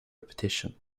repetition